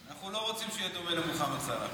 אנחנו לא רוצים שהוא יהיה דומה למוחמד סלאח.